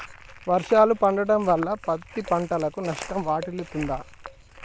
వర్షాలు పడటం వల్ల పత్తి పంటకు నష్టం వాటిల్లుతదా?